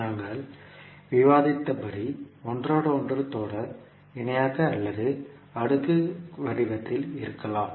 நாங்கள் விவாதித்தபடி ஒன்றோடொன்று தொடர் இணையாக அல்லது அடுக்கு வடிவத்தில் இருக்கலாம்